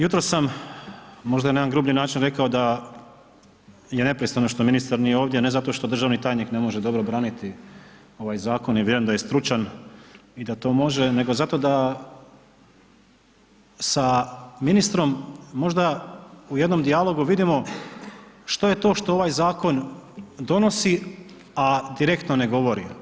Jutros sam možda i na jedan grublji način rekao da je nepristojno što ministar nije ovdje, ne zato što državni tajnik ne može dobro obraniti ovaj zakon i vjerujem da je stručan i da to može, nego zato da se ministrom možda u jednom dijalogu vidimo što je to što ovaj zakon donosi, a direktno ne govori.